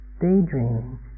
Daydreaming